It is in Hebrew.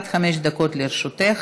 עד חמש דקות לרשותך.